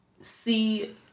see